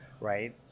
right